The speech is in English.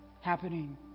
happening